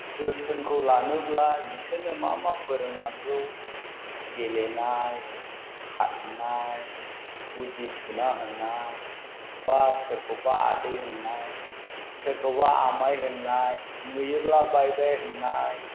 जोथोन लानोब्ला बिसोरनो मा मा फोरोंनांगौ गेलेनाय खारनाय बुदि थुना होनाय एबा सोरखौबा आदै होननाय सोरखौबा आमाइ होननाय नुयोब्ला बाय बाय होननाय